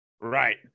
Right